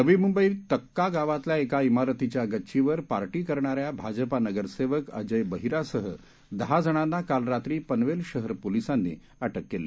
नवी मुंबईत तक्का गावातल्या एका इमारतीच्या गच्चीवर पार्टी करणाऱ्या भाजपा नगरसेवक अजय बहिरासह दहा जणांना काल रात्री पनवेल शहर पोलिसांनी अटक केली